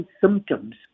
symptoms